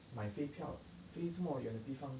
买飞票飞这么远的地方